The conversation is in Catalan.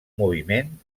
moviment